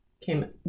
came